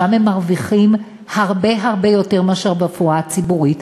ושם הם מרוויחים הרבה הרבה יותר מאשר ברפואה הציבורית.